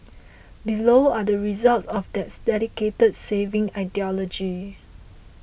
below are the results of that dedicated saving ideology